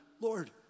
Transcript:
Lord